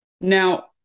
Now